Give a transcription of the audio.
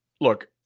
Look